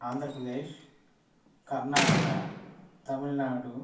Andhra Pradesh Karnataka Tamil Nadu